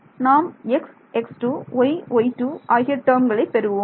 நாம் x x2 y y2 ஆகிய டேர்ம்களை பெறுவோம்